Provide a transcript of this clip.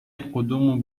القدوم